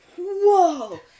whoa